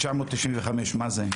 14,995, מה זה?